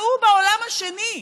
והוא בעולם השני,